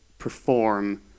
perform